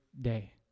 day